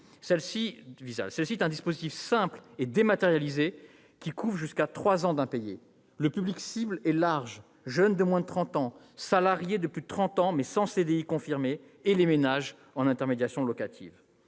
Celle-ci est un dispositif simple et dématérialisé, qui couvre jusqu'à trois ans d'impayés. Le public cible est large : jeunes de moins de trente ans, salariés de plus de trente ans sans CDI confirmé et les ménages en intermédiation locative.